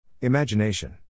Imagination